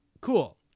cool